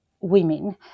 women